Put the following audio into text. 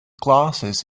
glasses